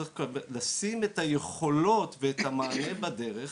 צריך לשים את היכולות ואת המענה בדרך,